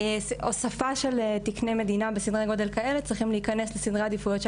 הוספה של תקני מדינה בסדרי גודל כאלה צריכים להיכנס לסדרי העדיפויות של